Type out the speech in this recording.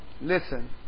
Listen